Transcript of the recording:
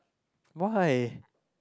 why